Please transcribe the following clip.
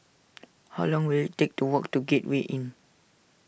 how long will it take to walk to Gateway Inn